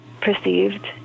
perceived